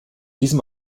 diesem